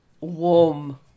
warm